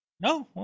No